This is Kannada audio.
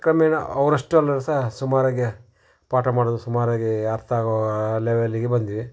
ಕ್ರಮೇಣ ಅವ್ರ ಅಷ್ಟು ಅಲ್ಲಾದ್ರು ಸಹ ಸುಮಾರಾಗಿ ಪಾಠ ಮಾಡೋದು ಸುಮಾರಾಗಿ ಅರ್ಥ ಆಗೋ ಲೆವೆಲ್ಲಿಗೆ ಬಂದ್ವಿ